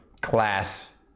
class